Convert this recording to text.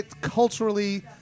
culturally